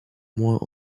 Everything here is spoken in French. moins